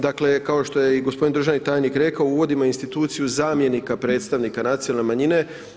Dakle kao što je i gospodin državni tajnik rekao uvodimo instituciju zamjenika predstavnika nacionalne manjine.